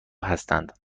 هستند